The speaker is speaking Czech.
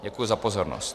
Děkuji za pozornost.